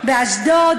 באשדוד,